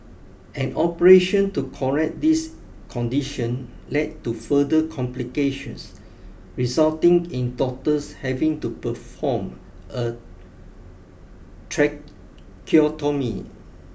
an operation to correct this condition led to further complications resulting in doctors having to perform a tracheotomy